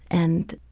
and,